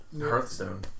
Hearthstone